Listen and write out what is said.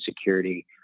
security